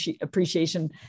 appreciation